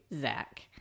Zach